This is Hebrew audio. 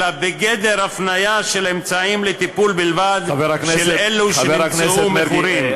אלא בגדר הפניה של אמצעים לטיפול בלבד באלה שנמצאו מכורים.